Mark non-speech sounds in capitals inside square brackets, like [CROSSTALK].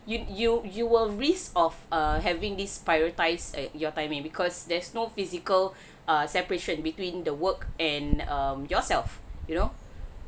you you you will risk of uh having this prioritised uh your timing because there's no physical [BREATH] uh separation between the work and um yourself you know